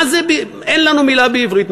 אין לנו מילה בעברית.